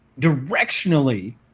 directionally